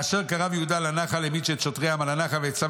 וכאשר קרב יהודה אל נחל המים העמיד את שוטרי העם על הנחל ויצו